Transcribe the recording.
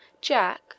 Jack